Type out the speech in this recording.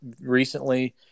recently